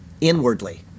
inwardly